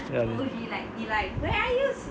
ya man